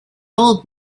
old